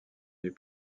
des